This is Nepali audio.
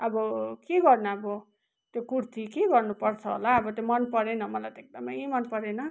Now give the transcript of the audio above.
अब के गर्नु अब त्यो कुर्ती के गर्नु पर्छ होला अब त्यो मन परेन मलाई त एकदमै मन परेन